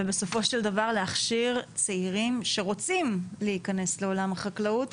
ובסופו של דבר להכשיר צעירים שרוצים להיכנס לעולם החקלאות.